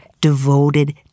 devoted